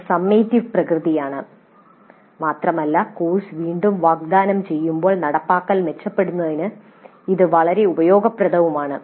ഇത് സമ്മേറ്റിവ് പ്രകൃതിയാണ് മാത്രമല്ല കോഴ്സ് വീണ്ടും വാഗ്ദാനം ചെയ്യുമ്പോൾ നടപ്പാക്കൽ മെച്ചപ്പെടുത്തുന്നതിന് ഇത് വളരെ ഉപയോഗപ്രദവുമാണ്